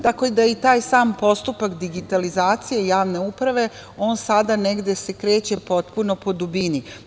Tako da je i taj sam postupak digitalizacije javne uprave, on se sada negde kreće potpuno po dubini.